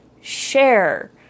share